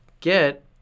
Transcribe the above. get